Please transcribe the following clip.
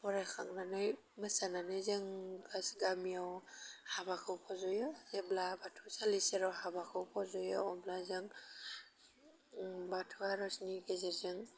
बरायखांनानै मोसानानै जों गासै गामियाव हाबाखौ फज'यो जेब्ला बाथौ सालि सेराव हाबाखौ फज'यो अब्ला जों बाथौ आरजनि गेजेरजों